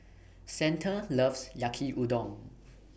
Santa loves Yaki Udon